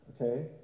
Okay